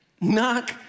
knock